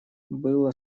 было